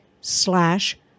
slash